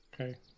Okay